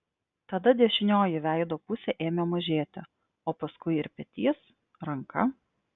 tada dešinioji veido pusė ėmė mažėti o paskui ir petys ranka